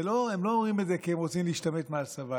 הם לא אומרים את זה כי הם רוצים להשתמט מהצבא,